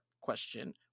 question